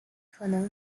可能